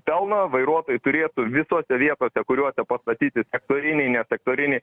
pelną vairuotojai turėtų visose vietose kuriuose pastatyti sektoriniai nesektoriniai